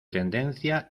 tendencia